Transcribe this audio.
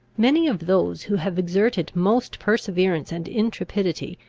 many of those who have exerted most perseverance and intrepidity,